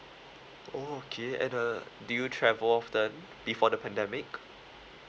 okay and uh do you travel often before the pandemic